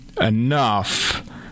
enough